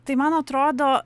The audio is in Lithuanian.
tai man atrodo